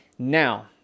Now